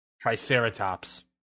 Triceratops